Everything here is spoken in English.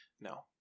No